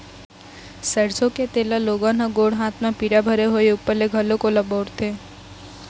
सरसो के तेल ल लोगन ह गोड़ हाथ म पीरा भरे होय ऊपर ले घलोक ओला बउरथे